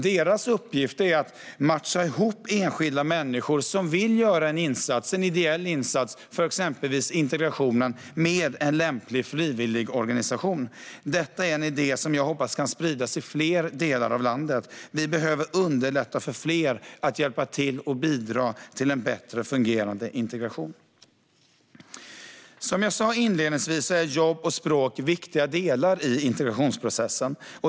Deras uppgift är att matcha ihop enskilda människor som vill göra en ideell insats för exempelvis integrationen med en lämplig frivilligorganisation. Detta är en idé som jag hoppas kan spridas till fler delar av landet. Vi behöver underlätta för fler att hjälpa till och bidra till en bättre fungerande integration. Som jag sa inledningsvis är jobb och språk viktiga delar i integrationsprocessen.